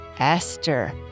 Esther